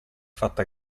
fatta